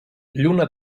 lluna